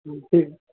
हूँ ठीक